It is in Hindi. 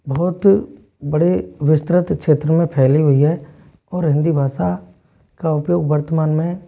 बहुत बड़े विस्तृत क्षेत्र में फैली हुई है और हिंदी भाषा का उपयोग वर्तमान में